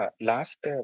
last